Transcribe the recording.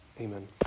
Amen